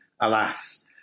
alas